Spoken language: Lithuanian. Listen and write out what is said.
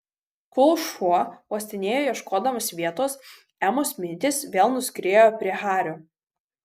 kol šuo uostinėjo ieškodamas vietos emos mintys vėl nuskriejo prie hario